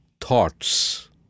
thoughts